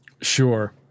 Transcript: Sure